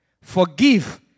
Forgive